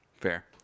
Fair